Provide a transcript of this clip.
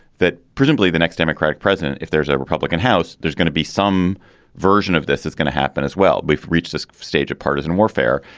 that presently the next democratic president, if there's a republican house, there's gonna be some version of this is gonna happen as well. we've reached this stage of partisan warfare.